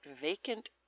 vacant